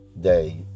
day